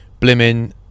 Blimmin